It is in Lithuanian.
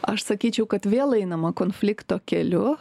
aš sakyčiau kad vėl einama konflikto keliu